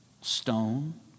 stone